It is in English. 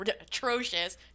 atrocious